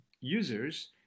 users